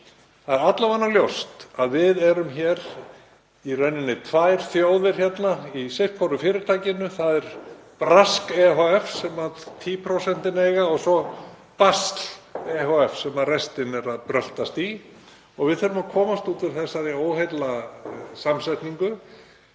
Það er alla vega ljóst að við erum hér í raun tvær þjóðir, hvor í sínu fyrirtækinu. Það er Brask ehf. sem 10% eiga og svo Basl ehf. sem restin er að bröltast í. Við þurfum að komast út úr þessari óheillasamsetningu.